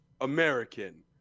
American